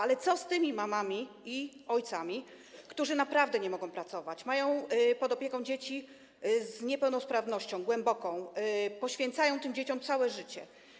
Ale co z tymi mamami i ojcami, którzy naprawdę nie mogą pracować, mają pod opieką dzieci z głęboką niepełnosprawnością, poświęcają tym dzieciom całe życie?